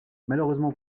malheureusement